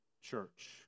church